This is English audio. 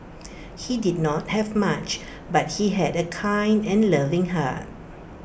he did not have much but he had A kind and loving heart